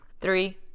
Three